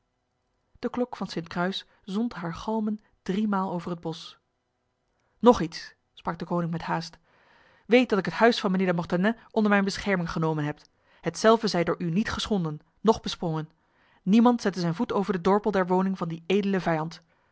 de klok van sint kruis zond haar galmen driemaal over het bos nog iets sprak deconinck met haast weet dat ik het huis van mijnheer de mortenay onder mijn bescherming genomen heb hetzelve zij door u niet geschonden noch besprongen niemand zette zijn voet over de dorpel der woning van die edele vijand